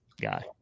guy